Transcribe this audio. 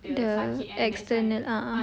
the external ah